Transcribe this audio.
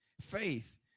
faith